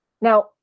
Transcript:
Now